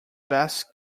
best